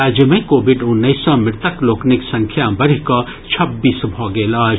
राज्य मे कोविड उन्नैस सँ मृतक लोकनिक संख्या बढ़ि कऽ छब्बीस भऽ गेल अछि